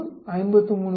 86